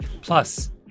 Plus